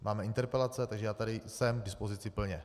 Máme interpelace, takže já tady jsem k dispozici plně.